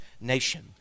nation